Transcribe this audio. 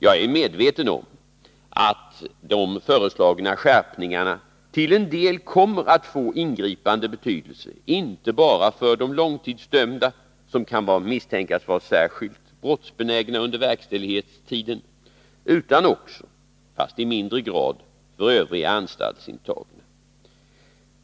Jag är medveten om att de föreslagna skärpningarna till en del kommer att få ingripande betydelse, inte bara för de långtidsdömda som kan misstänkas vara särskilt brottsbenägna under verkställighetstiden, utan också — fast i mindre grad — för övriga anstaltsintagna.